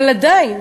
אבל עדיין,